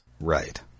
Right